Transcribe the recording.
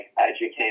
educate